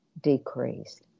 decreased